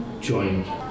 joined